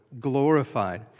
glorified